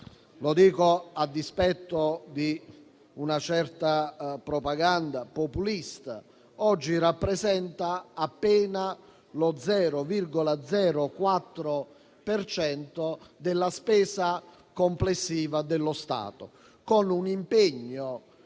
lo dico a dispetto di una certa propaganda populista - oggi rappresenta appena lo 0,04 per cento della spesa complessiva dello Stato, con un impegno